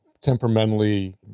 temperamentally